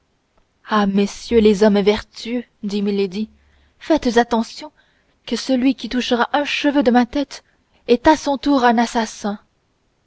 ah messieurs les hommes vertueux dit milady faites attention que celui qui touchera un cheveu de ma tête est à son tour un assassin